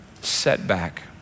setback